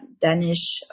Danish